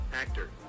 actor